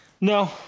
No